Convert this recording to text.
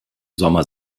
sommer